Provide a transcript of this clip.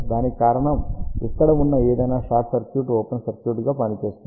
దానికి కారణం ఇక్కడ ఉన్న ఏదైనా షార్ట్ సర్క్యూట్ ఓపెన్ సర్క్యూట్గా పని చేస్తుంది